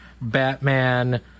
batman